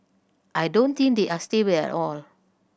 I don't think they are stable at all